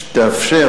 שתאפשר,